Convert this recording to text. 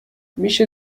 میشه